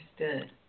Understood